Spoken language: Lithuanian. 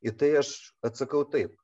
į tai aš atsakau taip